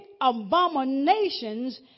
abominations